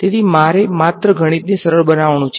તેથી મારે માત્ર ગણિતને સરળ બનાવવાનું છે